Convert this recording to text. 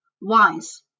wise